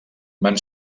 van